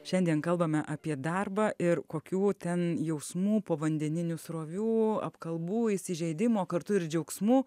šiandien kalbame apie darbą ir kokių ten jausmų povandeninių srovių apkalbų įsižeidimo kartu ir džiaugsmų